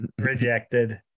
Rejected